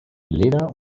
leder